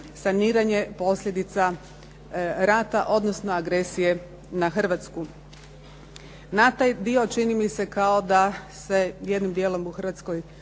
saniranje posljedica rata odnosno agresije na Hrvatsku. Na taj dio, čini mi se, kao da se jednim dijelom u Hrvatskoj